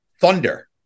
thunder